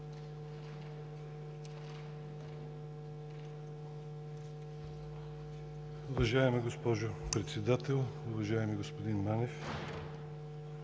Уважаема госпожо Председател, уважаеми господа